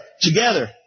together